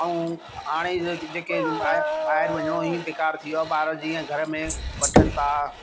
ऐं हाणे जे जेके ॿाहिरि ॿाहिरि वञिणो ई बेकारु थी वियो आहे ॿार जीअं घर में वठनि था